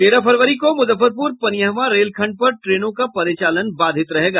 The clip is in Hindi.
तेरह फरवरी को मुजफ्फरपुर पनियहवा रेल खंड पर ट्रेनों का परिचालन बाधित रहेगा